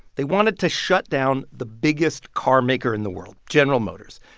they wanted to shut down the biggest carmaker in the world general motors.